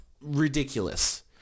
ridiculous